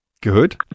Good